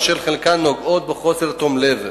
אשר חלקן נגועות בחוסר תום לב.